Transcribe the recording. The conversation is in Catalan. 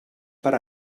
per